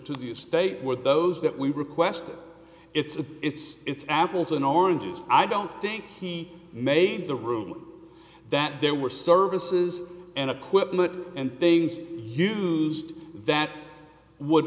to the state were those that we requested it's a it's it's apples and oranges i don't think he made the room that there were services and a quick and things used that would